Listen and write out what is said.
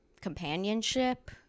companionship